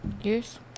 Yes